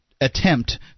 attempt